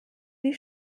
die